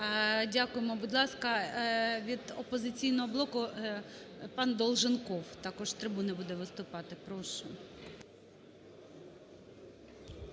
Дякуємо. Будь ласка, від "Опозиційного блоку" пан Долженков. Також з трибуни буде виступати. Прошу.